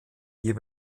ihr